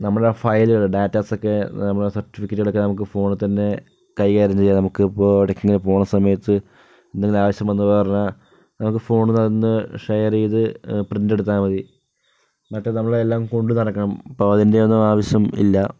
നമ്മുടെ ഫയലുകൾ ഡാറ്റാസ് ഒക്കെ നമ്മുടെ സെർട്ടിഫിക്കേറ്റ് ഒക്കെ ഫോണിൽ തന്നെ കൈകാര്യം ചെയ്യാം നമുക്ക് ഇപ്പൊൾ ഇടയ്ക്ക് ഇങ്ങനെ പോകുന്ന സമയത്തു എന്തെങ്കിലും ആവശ്യം വന്നാൽ നമുക്ക് ഫോണിൽ ഒന്ന് ഷെയർ ചെയ്ത് പ്രിന്റ് എടുത്താൽ മതി മറ്റു നമ്മൾ എല്ലാം കൊണ്ട് നടക്കണം ഇപ്പൊൾ അതിൻ്റെയൊന്നും ആവശ്യം ഇല്ല